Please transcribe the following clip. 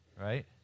right